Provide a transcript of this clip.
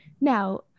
Now